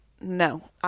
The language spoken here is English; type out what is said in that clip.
no